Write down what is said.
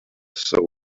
soul